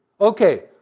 Okay